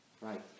Right